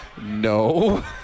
No